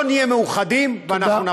לא נהיה מאוחדים, ואנחנו נפסיד.